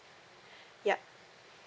ya